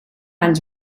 anys